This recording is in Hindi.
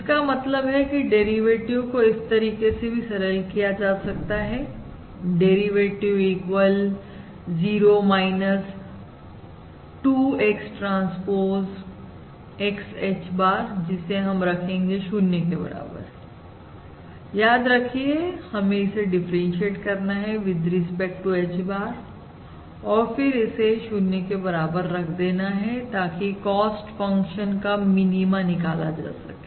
जिसका मतलब है कि डेरिवेटिव को इस तरीके से भी सरल किया जा सकता है derivative equal 0 2 X transpose X H bar जिसे हम रखेंगे 0 के बराबर याद रखिए हमें इसे डिफरेशिएट करना है with respect to H bar और फिर इसे 0 के बराबर रख देना है ताकि कॉस्ट फंक्शन का मिनीमा निकाला जा सके